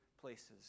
places